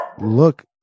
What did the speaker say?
look